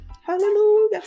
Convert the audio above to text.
Hallelujah